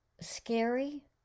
scary